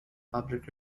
public